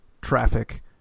traffic